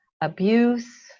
abuse